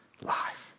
life